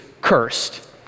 cursed